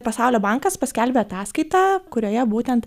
pasaulio bankas paskelbė ataskaitą kurioje būtent